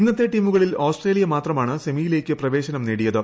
ഇന്നത്തെ ടീമുകളിൽ ആസ്ട്രോലിയ മാത്രമാണ് സെമിയിലേക്ക് പ്രവേശനം നേടിയത്